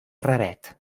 raret